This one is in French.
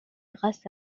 grâce